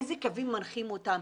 איזה קווים מנחים אותה,